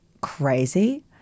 crazy